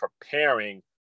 preparing